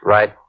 Right